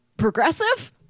progressive